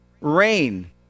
Rain